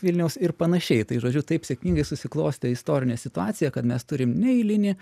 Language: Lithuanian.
vilniaus ir panašiai tai žodžiu taip sėkmingai susiklostė istorinė situacija kad mes turim neeilinį